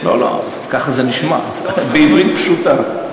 לא, ככה זה נשמע, בעברית פשוטה.